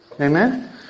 Amen